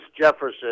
Jefferson